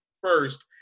first